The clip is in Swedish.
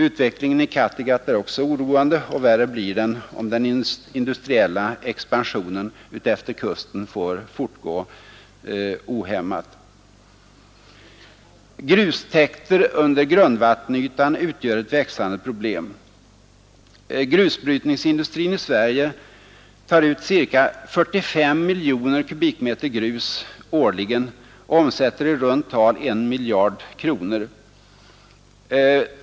Utvecklingen i Kattegatt är också oroande, och värre blir den om den industriella expansionen utefter kusten får fortgå ohämmat. Grustäkter under grundvattenytan utgör ett växande problem. Grusbrytningsindustrin i Sverige tar ut ca 45 miljoner kubikmeter grus årligen och omsätter i runt tal 1 miljard kronor.